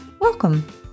Welcome